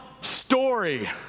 story